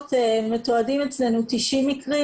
ההרעלות מתועדים 90 מקרים,